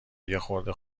یخورده